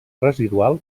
residual